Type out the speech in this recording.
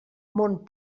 mon